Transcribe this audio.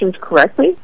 correctly